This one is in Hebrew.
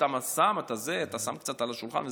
אתה שם קצת על השולחן וזה,